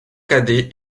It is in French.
cadet